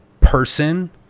person